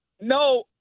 No